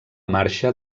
marxa